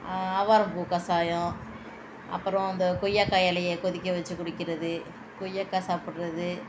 ஆவாரம் பூ கசாயம் அப்புறோம் அந்த கொய்யாக்காய் இலைய கொதிக்க வச்சு குடிக்கிறது கொய்யாக்காய் சாப்பிட்றது